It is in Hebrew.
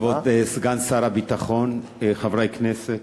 כבוד סגן שר הביטחון, חברי כנסת,